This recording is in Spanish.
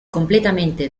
completamente